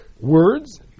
words